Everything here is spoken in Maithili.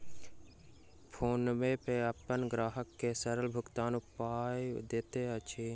फ़ोनपे अपन ग्राहक के सरल भुगतानक उपाय दैत अछि